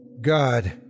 God